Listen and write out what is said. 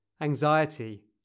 anxiety